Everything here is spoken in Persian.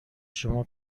شما